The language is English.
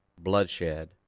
bloodshed